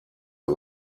are